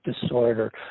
disorder